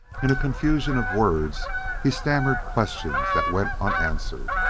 in a confusion of words he stammered questions that went unanswered.